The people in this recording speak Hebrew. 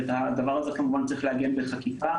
ואת הדבר הזה כמובן צריך לעגן בחקיקה,